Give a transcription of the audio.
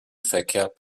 verkehrt